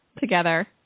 together